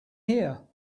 here